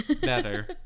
better